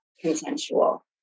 consensual